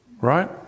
right